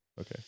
Okay